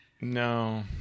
No